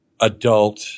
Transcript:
adult